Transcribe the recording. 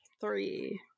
three